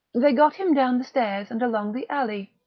they got him down the stairs and along the alley.